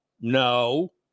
No